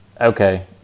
Okay